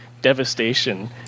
devastation